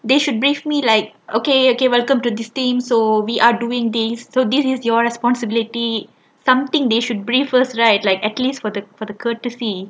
they should brief me like okay okay welcome to this team so we are doing this so this is your responsibility something they should brief us right like at least for the for the courtesy